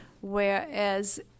whereas